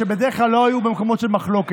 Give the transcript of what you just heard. שבדרך כלל לא היו במקומות של מחלוקת,